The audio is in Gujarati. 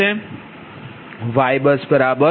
YBUS1 j10 0 1j10 0 0